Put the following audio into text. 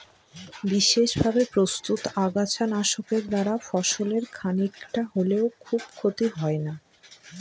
বিশেষভাবে প্রস্তুত আগাছা নাশকের দ্বারা ফসলের খানিকটা হলেও খুব ক্ষতি হয় না